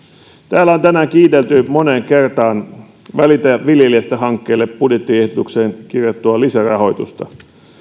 täällä on tänään kiitelty moneen kertaan välitä viljelijästä hankkeelle budjettiehdotukseen kirjattua lisärahoitusta